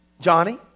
Johnny